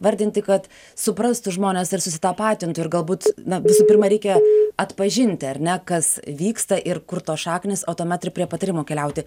vardinti kad suprastų žmonės ir susitapatintų ir galbūt na visų pirma reikia atpažinti ar ne kas vyksta ir kur tos šaknys o tuomet ir prie patarimų keliauti